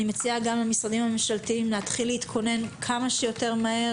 אני מציעה גם למשרדים הממשלתיים להתחיל להתכונן כמה שיותר מהר,